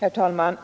Herr talman!